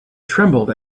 trembled